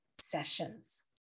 sessions